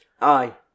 Aye